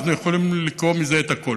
אנחנו יכולים לקרוא מזה את הכול.